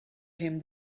him